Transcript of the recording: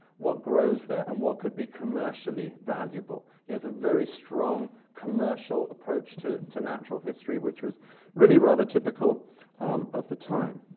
what grows there, and what could be commercially valuable. he has a very strong commercial approach to to natural history, which was really rather typical of the time.